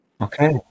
Okay